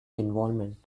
involvement